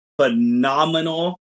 phenomenal